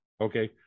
Okay